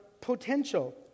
potential